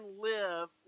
live